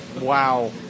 Wow